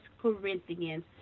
Corinthians